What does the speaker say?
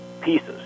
pieces